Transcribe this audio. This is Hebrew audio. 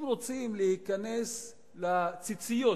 הם רוצים להיכנס לציציות